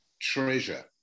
Treasure